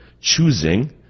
choosing